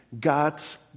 God's